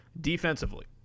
Defensively